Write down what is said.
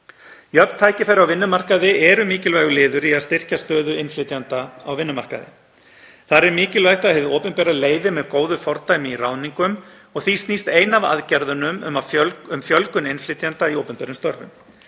Jöfn tækifæri á vinnumarkaði eru mikilvægur liður í að styrkja stöðu innflytjenda á vinnumarkaði. Þar er mikilvægt að hið opinbera leiði með góðu fordæmi í ráðningum og því snýst ein af aðgerðunum um fjölgun innflytjenda í opinberum störfum